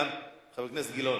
חבר הכנסת אילן גילאון?